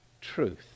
truth